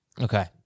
Okay